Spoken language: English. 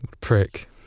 Prick